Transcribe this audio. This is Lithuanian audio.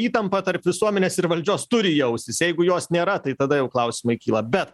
įtampa tarp visuomenės ir valdžios turi jaustis jeigu jos nėra tai tada jau klausimai kyla bet